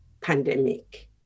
pandemic